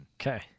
Okay